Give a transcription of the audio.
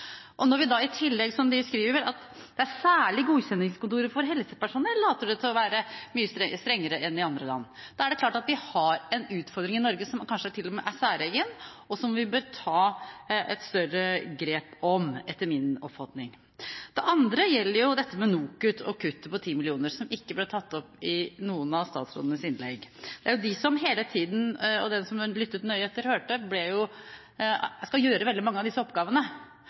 de skriver – at ved særlig godkjenningskontoret for helsepersonell later det til at man er mye strengere enn i andre land. Da er det klart at vi har en utfordring i Norge, som kanskje til og med er særegen, og som vi etter min oppfatning bør ta et større grep om. Det andre gjelder NOKUT og kuttet på 10 mill. kr, som ikke ble tatt opp i noen av statsrådenes innlegg. Det er de som hele tiden – og som de som lyttet nøye etter, hørte – skal gjøre veldig mange av disse oppgavene.